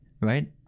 right